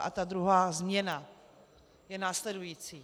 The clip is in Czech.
A ta druhá změna je následující.